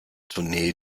tournee